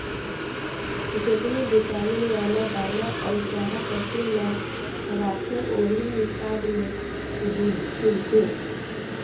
जेतनी बिटामिन वाला दाना अउ चारा पसु ल खवाथे ओहि हिसाब ले दूद मिलथे